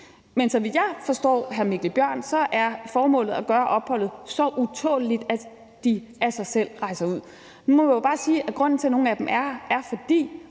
Bjørn, er formålet ifølge ham at gøre opholdet så utåleligt, at de af sig selv rejser ud. Der må man jo bare sige, at grunden til, at nogle af dem er her, er,